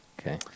Okay